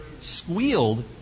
squealed